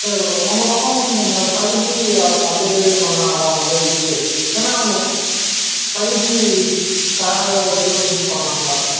sir உ உங்கள் பக்கம் இந்த ஃபைவ் ஜி அப்டேட்டு எதுவும் பண்ணாங்களா மொபைல்க்கு ஏன்னால் ஃபைவ் ஜி க்காக ஏதும் பண்ணாங்களா